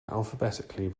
alphabetically